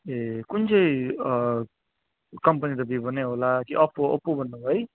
ए कुन चाहिँ कम्पनी त भिभो नै होला कि ओप्पो ओप्पो भन्नु भयो है